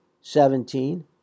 seventeen